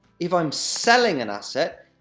if i'm selling an asset,